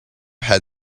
had